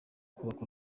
kubaka